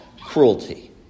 cruelty